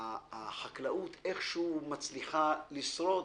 החקלאות איכשהו מצליחה לשרוד,